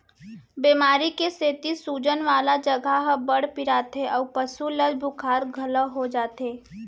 बेमारी के सेती सूजन वाला जघा ह बड़ पिराथे अउ पसु ल बुखार घलौ हो जाथे